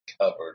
covered